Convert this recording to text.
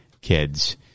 kids